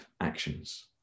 actions